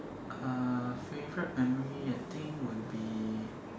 uh favorite memory I think would be